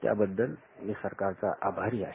त्या बद्दल मी सरकारचा आभारी आहे